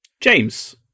James